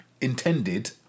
intended